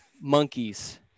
monkeys